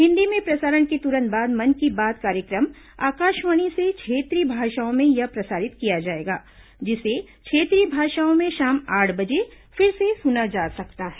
हिंदी में प्रसारण के तुरंत बाद मन की बात कार्य क्र म आकाशवाणी से क्षेत्रीय भाषाओं में यह प्रसारित किया जाएगा जिसे क्षेत्रीय भाषाओं में शाम आठ बजे फिर से सुना जा सकता है